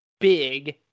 big